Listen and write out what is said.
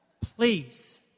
Please